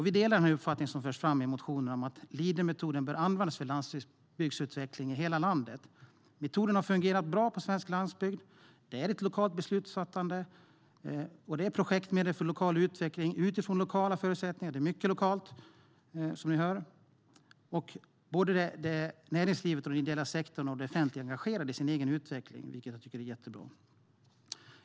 Vi delar den uppfattning som förs fram i motionen om att Leadermetoden bör användas för landsbygdsutveckling i hela landet. Metoden har fungerat bra på svensk landsbygd. Det är ett lokalt beslutsfattande och projektmedel för lokal utveckling utifrån lokala förutsättningar. Det är mycket lokalt, som ni hör. Näringslivet, den ideella sektorn och det offentliga är engagerade i sin egen utveckling, vilket jag tycker är jättebra.